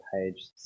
page